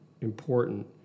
important